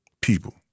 people